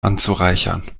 anzureichern